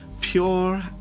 pure